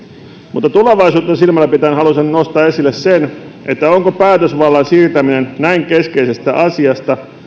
mutta tulevaisuutta silmällä pitäen haluaisin nostaa esille sen onko päätösvallan siirtäminen näin keskeisestä asiasta